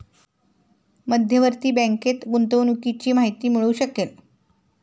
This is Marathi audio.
मध्यवर्ती बँकेत गुंतवणुकीची माहिती मिळू शकेल